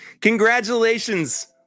Congratulations